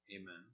Amen